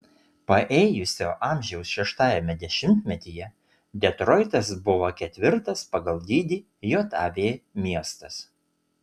paėjusio amžiaus šeštajame dešimtmetyje detroitas buvo ketvirtas pagal dydį jav miestas